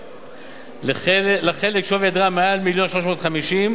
שקלים לחלק שווי דירה שעד 1.35 מיליון שקלים.